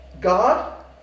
God